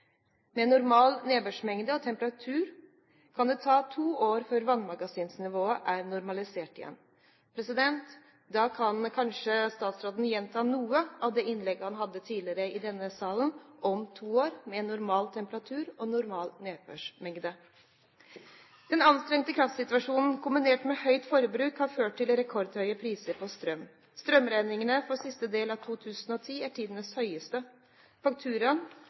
Med normal nedbørsmengde og temperatur kan det ta to år før vannmagasinnivåene er normalisert igjen. Da kan kanskje statsråden gjenta noe av det innlegget han hadde tidligere i denne salen, om to år med normal temperatur og normal nedbørsmengde. Den anstrengte kraftsituasjonen kombinert med høyt forbruk har ført til rekordhøye priser på strøm. Strømregningene for siste del av 2010 er tidenes høyeste.